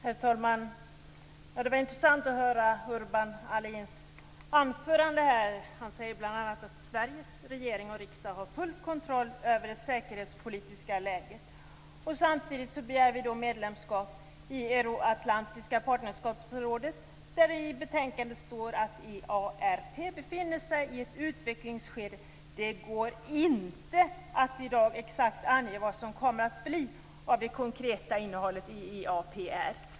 Herr talman! Det var intressant att höra Urban Ahlins anförande. Han sade bl.a. att Sveriges regering och riksdag har full kontroll över det säkerhetspolitiska läget. Samtidigt begär vi medlemskap i Euroatlantiska partnerskapsrådet, som enligt vad som står i betänkandet befinner sig i ett utvecklingsskede. Det går inte att i dag exakt ange vad som kommer att bli det konkreta innehållet i EAPR.